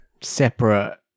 separate